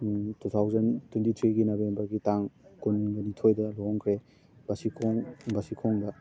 two thousand twenty ꯊ꯭ꯔꯤꯒꯤ ꯅꯕꯦꯝꯕꯔꯒꯤ ꯇꯥꯡ ꯀꯨꯟꯒ ꯅꯤꯊꯣꯏꯗ ꯂꯨꯍꯣꯡꯈ꯭ꯔꯦ ꯕꯥꯁꯤꯈꯣꯡ ꯕꯥꯁꯤꯈꯣꯡꯗ